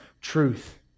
truth